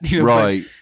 Right